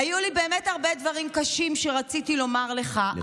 היו לי באמת הרבה דברים קשים שרציתי לומר לך,